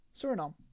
suriname